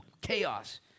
chaos